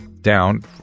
down